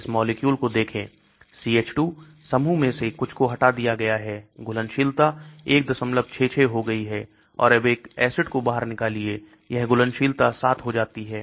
इस मॉलिक्यूल को देखें CH2 समूह में से कुछ को हटा दिया गया है घुलनशीलता 166 हो गई है और अब एक एसिड को बाहर निकालिए यह घुलनशीलता 7 हो जाती है